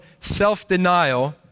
self-denial